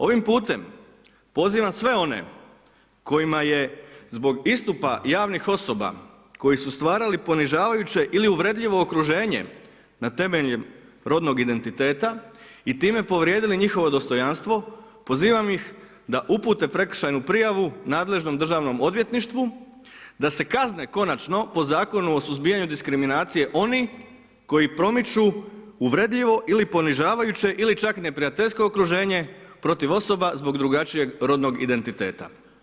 Ovim putem pozivam sve one kojima je zbog istupa javnih osoba koji su stvarali ponižavajuće ili uvredljivo okruženje na temelju rodnog identiteta i time povrijedili njihovo dostojanstvo, pozivam ih da upute prekršajnu prijavu nadležnom Državnom odvjetništvu da se kazne konačno po Zakonu o suzbijanju diskriminacije oni koji promiču uvredljivo ili ponižavajuće ili čak neprijateljsko okruženje protiv osoba zbog drugačijeg rodnog identiteta.